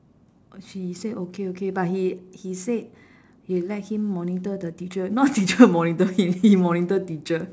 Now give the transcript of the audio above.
he said okay okay but he he said he let him monitor the teacher not teacher monitor him he monitor teacher